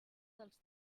dels